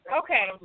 okay